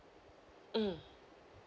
mm